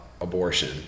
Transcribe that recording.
abortion